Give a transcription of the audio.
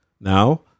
Now